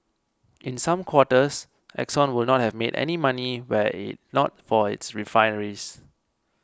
in some quarters Exxon would not have made any money were it not for its refineries